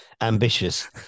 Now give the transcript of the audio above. ambitious